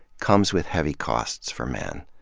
comes with heavy costs for men.